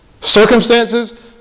Circumstances